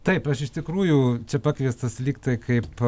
taip aš iš tikrųjų čia pakviestas lygtai kaip